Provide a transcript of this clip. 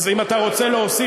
אז אם אתה רוצה להוסיף,